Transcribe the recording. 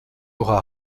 aura